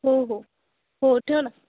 हो हो हो ठेव ना